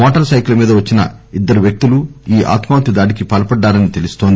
motor సైకిలుమీద వచ్చిన ఇద్దరు వ్యక్తులు ఈ ఆత్మాహుతి దాడికి పాల్పడ్డారని తెలుస్తోంది